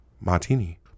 martini